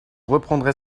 reprendrai